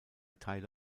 teile